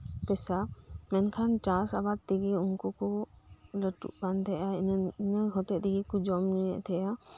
ᱯᱮᱥᱟ ᱢᱮᱱᱠᱷᱟᱱ ᱪᱟᱥ ᱟᱵᱟᱫᱽ ᱛᱮᱜᱮ ᱩᱱᱠᱩ ᱞᱟᱹᱴᱩᱜ ᱠᱟᱱᱛᱟᱦᱮᱸᱫᱼᱟ ᱤᱱᱟᱹ ᱦᱚᱛᱮᱫ ᱛᱮᱜᱮᱠᱚ ᱡᱚᱢ ᱧᱩᱭᱮᱫ ᱛᱟᱦᱮᱸᱫᱼᱟ